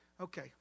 Okay